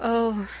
oh,